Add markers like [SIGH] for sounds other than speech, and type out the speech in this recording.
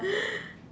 [NOISE]